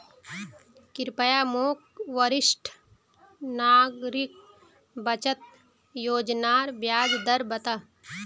कृप्या मोक वरिष्ठ नागरिक बचत योज्नार ब्याज दर बता